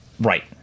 Right